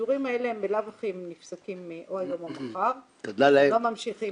השידורים האלה בלאו הכי נפסקים או היום או מחר ולא ממשיכים.